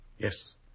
Yes